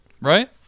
right